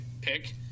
pick